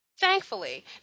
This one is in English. Thankfully